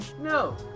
no